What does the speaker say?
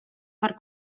per